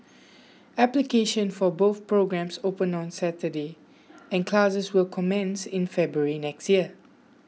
application for both programmes opened on Saturday and classes will commence in February next year